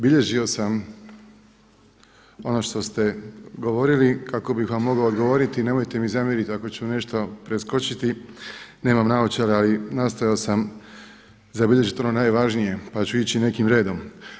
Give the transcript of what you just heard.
Bilježio sam ono što ste govorili kako bih vam mogao odgovoriti, nemojte mi zamjeriti ako ću nešto preskočiti, nemam naočale ali nastojao sam zabilježiti ono najvažnije, pa ću ići i nekim redom.